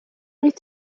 wyt